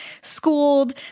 schooled